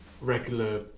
regular